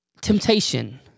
temptation